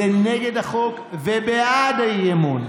זה נגד החוק ובעד האי-אמון.